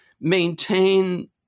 maintain